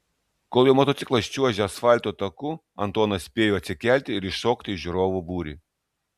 kol jo motociklas čiuožė asfalto taku antonas spėjo atsikelti ir įšokti į žiūrovų būrį